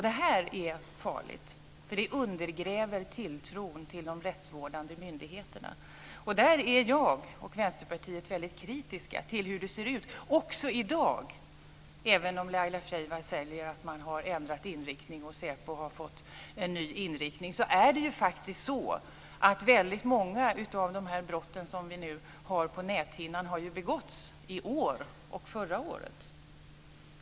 Det här är farligt, för det undergräver tilltron till de rättsvårdande myndigheterna. Där är jag och Vänsterpartiet mycket kritiska till hur det ser ut också i dag. Även om Laila Freivalds säger att man har ändrat inriktning och att säpo har fått en ny inriktning är det faktiskt så att väldigt många av de brott som vi nu har på näthinnan har begåtts i år och förra året.